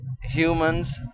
humans